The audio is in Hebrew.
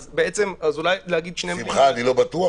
אני לא בטוח,